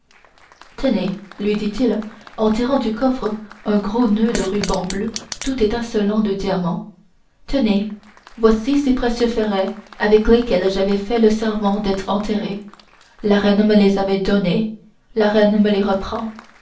tenez lui dit-il en tirant du coffre un gros noeud de ruban bleu tout étincelant de diamants tenez voici ces précieux ferrets avec lesquels j'avais fait le serment d'être enterré la reine me les avait donnés la reine me les reprend